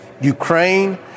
Ukraine